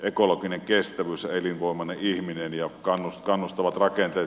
ekologinen kestävyys elinvoimainen ihminen ja kannustavat rakenteet